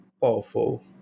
powerful